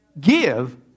Give